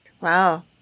Wow